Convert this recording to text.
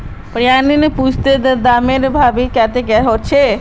प्रियांक पूछले कि बजारेर दामक बही खातात लिखवार कामेर शुरुआत कब स हलछेक